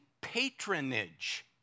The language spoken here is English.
patronage